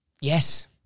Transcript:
Yes